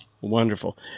Wonderful